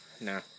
Nah